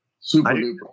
Super-duper